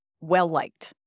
well-liked